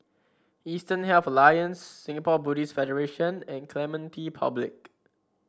Eastern Health Alliance Singapore Buddhist Federation and Clementi Public